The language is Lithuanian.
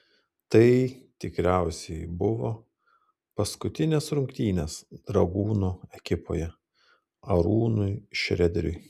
tai tikriausiai buvo paskutinės rungtynės dragūno ekipoje arūnui šrederiui